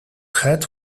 head